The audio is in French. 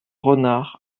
renard